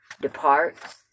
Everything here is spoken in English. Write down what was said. departs